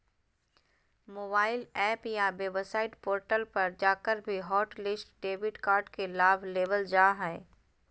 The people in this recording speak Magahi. मोबाइल एप या वेबसाइट पोर्टल पर जाकर भी हॉटलिस्ट डेबिट कार्ड के लाभ लेबल जा हय